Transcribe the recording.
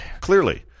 Clearly